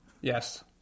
Yes